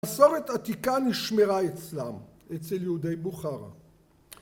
מסורת עתיקה נשמרה אצלם, אצל יהודי בוחרה.